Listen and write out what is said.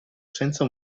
senza